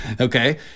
Okay